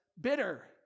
bitter